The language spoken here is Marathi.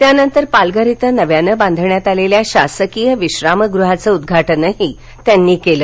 त्यानंतर पालघर इथं नव्यानं बाधण्यात आलेल्या शासकीय विश्रामगृहाचं उदघाटनही त्यांनी केलं